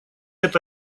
это